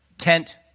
tent